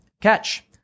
catch